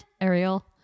Ariel